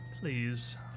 please